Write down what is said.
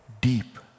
deep